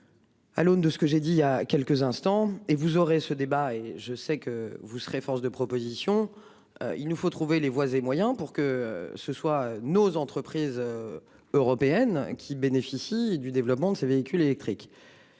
À l'aune de ce que j'ai dit il y a quelques instants et vous aurez ce débat et je sais que vous serez force de proposition. Il nous faut trouver les voies et moyens pour que ce soit nos entreprises. Européennes qui bénéficient du développement de ces véhicules électriques.